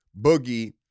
Boogie